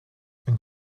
een